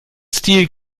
stil